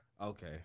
Okay